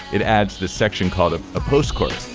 it adds the section called a ah postcard